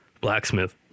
blacksmith